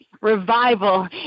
revival